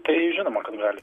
tai žinoma kad gali